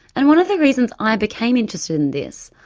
and one of the reasons i became interested in this,